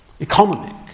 economic